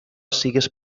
sigues